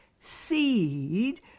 seed